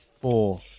Four